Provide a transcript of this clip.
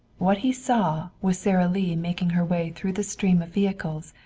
what he saw was sara lee making her way through the stream of vehicles,